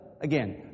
again